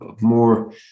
more